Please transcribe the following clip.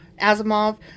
Asimov